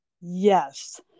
Yes